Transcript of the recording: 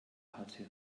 hatte